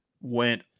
went